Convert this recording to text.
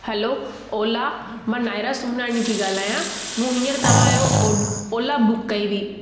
हलो ओला मां नाएरा सुमनाणी पई ॻाल्हायां मूं हींअर तव्हांजो हो ओला बुक कई हुई